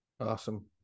awesome